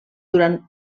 durant